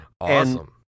Awesome